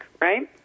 Right